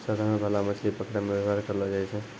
साधारण भाला मछली पकड़ै मे वेवहार करलो जाय छै